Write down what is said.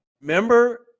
Remember